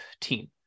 team